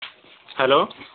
hello